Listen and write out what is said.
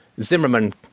Zimmerman